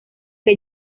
que